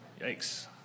Yikes